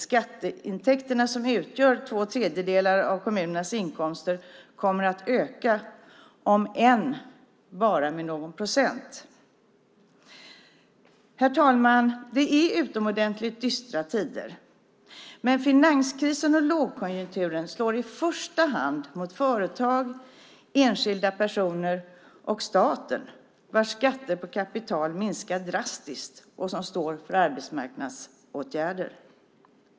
Skatteintäkterna, som utgör två tredjedelar av kommunernas inkomster, kommer att öka, om än bara med någon procent. Herr talman! Det är utomordentligt dystra tider. Men finanskrisen och lågkonjunkturen slår i första hand mot företag, enskilda personer och staten, vars skatter på kapital minskar drastiskt och som står för arbetsmarknadsåtgärder.